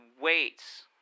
weights